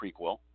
prequel